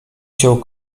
cię